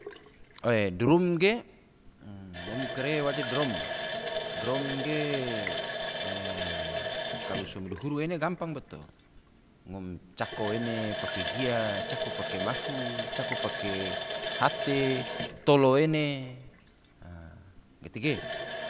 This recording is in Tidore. Drum ge, ngom kare waje drom, drom ge kalo so madihuru ene gampang bato, ngom cako ene pake gia, cako pake mafu, cako pake hate, tolo ene. gatege